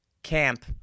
camp